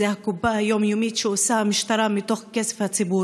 זאת הקופה היום-יומית שעושה המשטרה מתוך הכסף של הציבור,